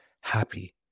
happy